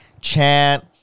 chant